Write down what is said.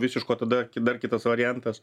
visiško tada ki dar kitas variantas